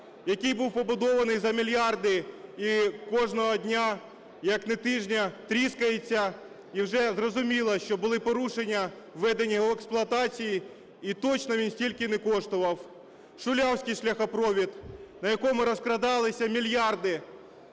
який був побудований за мільярди, і кожного дня, як не тижня, тріскається, і вже зрозуміло, що були порушення при введені в експлуатацію, і точно він стільки не коштував; Шулявський шляхопровід на якому розкрадалися мільярди